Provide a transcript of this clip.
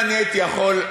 אם אני הייתי יכול,